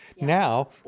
now